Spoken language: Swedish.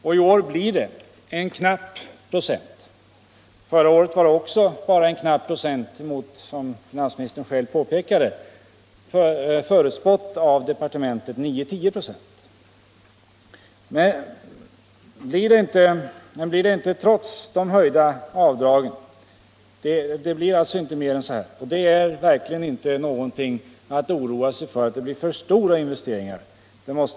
I år blir ökningen knappt 1 26. Förra året var den också bara knappt 196 mot av departementet förutspådda 9-10 96, som finansministern själv påpekade. Mer än så blir det alltså inte trots de höjda avdragen. Det finns verkligen ingen anledning att oroa sig för att investeringarna skall bli för stora.